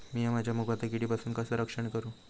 मीया माझ्या मुगाचा किडीपासून कसा रक्षण करू?